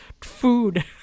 food